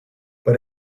but